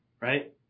right